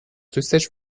دوستش